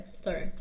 sorry